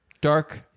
Dark